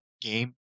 game